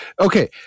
Okay